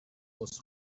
was